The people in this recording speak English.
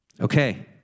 Okay